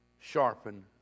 sharpen